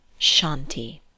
Shanti